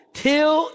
till